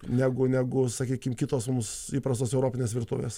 negu negu sakykim kitos mums įprastos europinės virtuvės